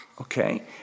Okay